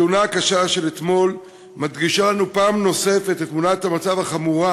התאונה הקשה של אתמול מדגישה לנו פעם נוספת את תמונת המצב החמורה